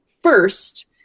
first